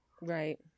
Right